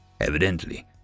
evidently